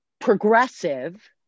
progressive